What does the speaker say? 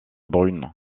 brune